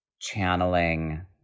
channeling